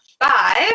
five